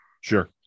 Sure